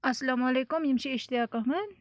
السَلامُ علیکُم یِم چھِ اِشتیاق احمد